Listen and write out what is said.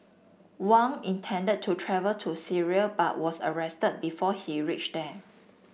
Wang intended to travel to Syria but was arrested before he reached there